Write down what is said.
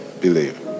believe